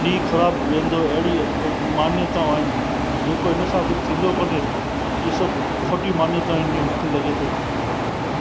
ॾींहुं ख़राबु वेंदो अहिड़ी मान्यताऊं आहिनि जेको हिन सां कुझु थींदो कोने इहा सभु खोटी मान्यताऊं आहिनि इहो मूंखे लॻे थो